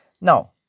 Now